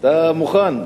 אתה מוכן.